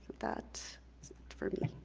that's it for me.